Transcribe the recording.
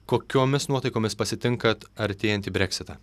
kokiomis nuotaikomis pasitinkat artėjantį breksitą